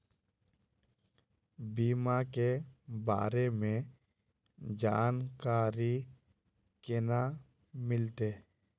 बीमा के बारे में जानकारी केना मिलते?